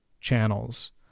channels